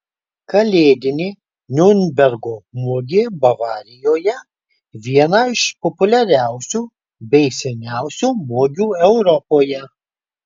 kalėdinė niurnbergo mugė bavarijoje viena iš populiariausių bei seniausių mugių europoje